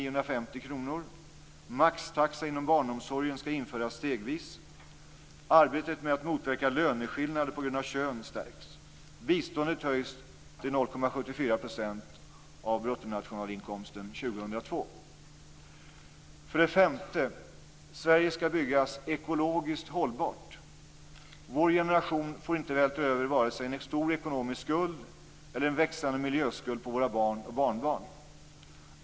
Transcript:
Arbetet med att motverka löneskillnader på grund av kön stärks. Biståndet höjs till 0,74 % av bruttonationalinkomsten 2002. För det femte: Sverige skall byggas ekologiskt hållbart. Vår generation får inte vältra över vare sig en stor ekonomisk skuld eller en växande miljöskuld på våra barn och barnbarn.